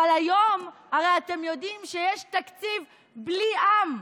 אבל היום הרי אתם יודעים שיש תקציב בלי עם.